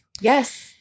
Yes